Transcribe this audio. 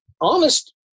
honest